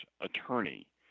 attorney